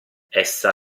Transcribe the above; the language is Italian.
essa